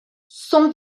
sont